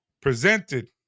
presented